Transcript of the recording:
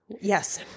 Yes